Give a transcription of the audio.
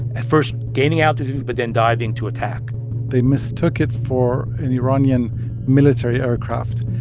at first, gaining altitude but then diving to attack they mistook it for an iranian military aircraft.